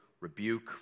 rebuke